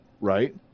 right